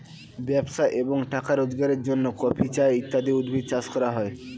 ব্যবসা এবং টাকা রোজগারের জন্য কফি, চা ইত্যাদি উদ্ভিদ চাষ করা হয়